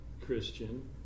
Christian